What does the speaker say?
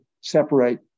separate